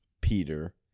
Peter